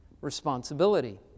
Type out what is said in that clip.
responsibility